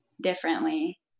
differently